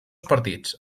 partits